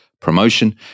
promotion